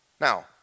Now